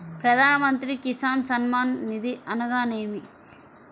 ప్రధాన మంత్రి కిసాన్ సన్మాన్ నిధి అనగా ఏమి?